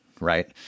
Right